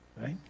right